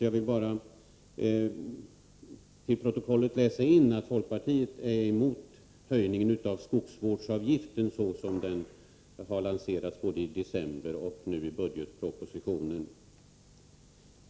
Jag vill bara till protokollet få fört att folkpartiet är emot höjningen av skogsvårdsavgiften såsom den har lanserats både i december och nu i budgetpropositionen.